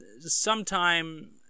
sometime